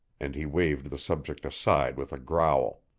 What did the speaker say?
and he waved the subject aside with a growl.